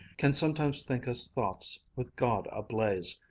can sometimes think us thoughts with god ablaze,